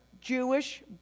jewish